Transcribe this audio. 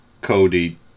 Cody